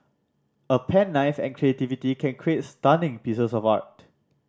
a pen knife and creativity can create stunning pieces of art